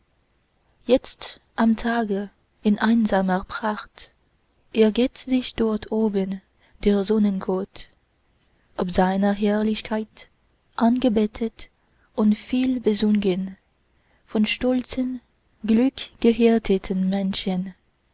jetzt am tage in einsamer pracht ergeht sich dort oben der sonnengott ob seiner herrlichkeit angebetet und vielbesungen von stolzen glückgehärteten menschen